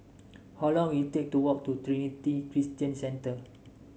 how long will it take to walk to Trinity Christian Centre